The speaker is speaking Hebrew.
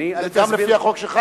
גם לפי החוק שלך.